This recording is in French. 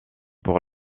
pour